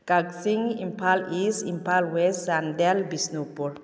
Kakching Imphal east Imphal west Chandel Bishnupur